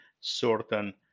certain